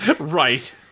Right